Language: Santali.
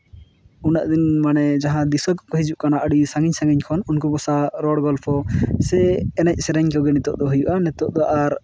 ᱩᱱᱟᱹᱜ ᱜᱟᱱ ᱢᱟᱱᱮ ᱡᱟᱦᱟᱸᱭ ᱫᱤᱥᱩᱣᱟᱹ ᱠᱚᱠᱚ ᱦᱤᱡᱩᱜ ᱠᱟᱱᱟ ᱟᱹᱰᱤ ᱥᱟᱺᱜᱤᱧ ᱥᱟᱺᱜᱤᱧ ᱠᱷᱚᱱ ᱩᱱᱠᱩ ᱠᱚ ᱥᱟᱶ ᱨᱚᱲ ᱜᱚᱞᱯᱚ ᱥᱮ ᱮᱱᱮᱡ ᱥᱮᱨᱮᱧ ᱠᱚᱜᱮ ᱱᱤᱛᱳᱜ ᱫᱚ ᱦᱩᱭᱩᱜᱼᱟ ᱱᱤᱛᱳᱜ ᱫᱚ ᱟᱨ